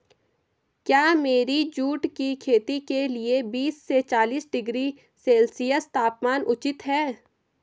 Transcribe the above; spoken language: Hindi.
क्या मेरी जूट की खेती के लिए बीस से चालीस डिग्री सेल्सियस तापमान उचित है?